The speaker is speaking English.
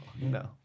No